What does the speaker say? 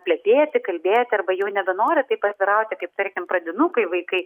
plepėti kalbėti arba jau nebenori taip atvirauti kaip tarkim pradinukai vaikai